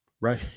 right